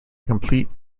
complete